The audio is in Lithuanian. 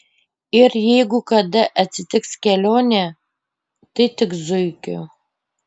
ir jeigu kada atsitiks kelionė tai tik zuikiu